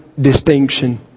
distinction